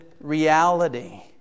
reality